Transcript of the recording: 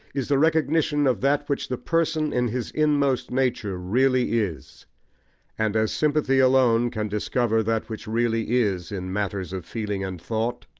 is the recognition of that which the person, in his inmost nature, really is and as sympathy alone can discover that which really is in matters of feeling and thought,